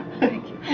thank you.